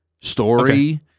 story